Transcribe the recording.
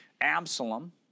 Absalom